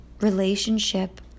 relationship